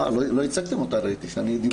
לא הצגתם אותה כשדיברתי, ראיתי.